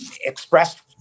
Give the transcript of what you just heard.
expressed